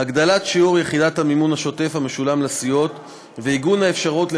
הגדלת שיעור יחידת המימון השוטף המשולם לסיעות ועיגון האפשרות של